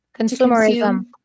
Consumerism